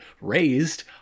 raised